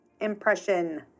impression